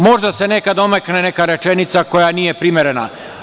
Možda se nekad omakne neka rečenica koja nije primerena.